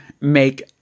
make